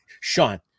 Sean